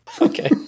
Okay